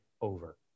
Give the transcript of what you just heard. over